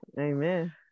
Amen